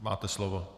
Máte slovo.